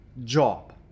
job